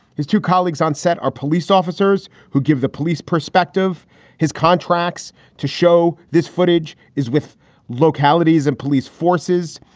his two colleagues on set are police officers who give the police perspective his contracts to show this footage is with localities and police forces.